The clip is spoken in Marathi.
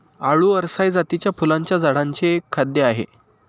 आळु अरसाय जातीच्या फुलांच्या झाडांचे एक खाद्य आहे